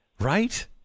Right